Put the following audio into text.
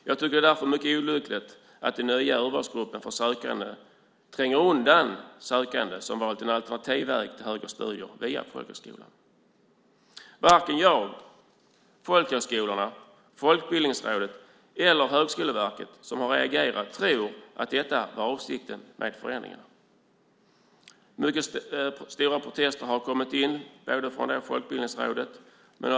Jag tycker därför att det är mycket olyckligt att den nya urvalsgruppen för sökande tränger undan sökande som valt en alternativ väg till högre studier via folkhögskolan. Varken jag, folkhögskolorna, Folkbildningsrådet eller Högskoleverket, som har reagerat, tror att detta var avsikten med förändringen. Mycket stora protester har kommit in.